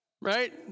right